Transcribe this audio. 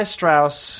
Strauss